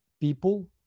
people